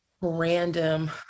random